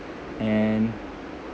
and